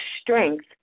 strength